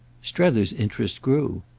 strether's interest grew.